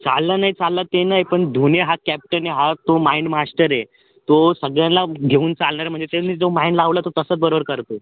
चालला नाही चालला ते नाही पण धोनी हा कॅप्टन आहे हा तो माइंड माश्टर आहे तो सगळ्यांना घेऊन चालणार म्हणजे त्यांनी जो माइंड लावला तो तस्साच बरोबर करतो आहे